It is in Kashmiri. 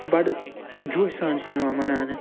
بَڑٕ جۄشہٕ سان چھِ یِم یِوان مناونہٕ